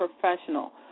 professional